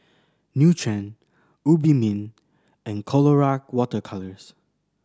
Nutren Obimin and Colora Water Colours